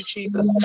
Jesus